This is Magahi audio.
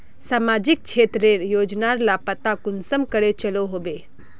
सामाजिक क्षेत्र रेर योजना लार पता कुंसम करे चलो होबे?